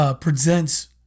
presents